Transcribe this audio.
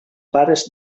pares